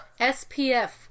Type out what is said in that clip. SPF